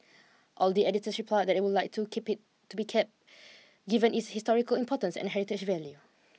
all the editors replied that they would like to keep it to be kept given its historical importance and heritage value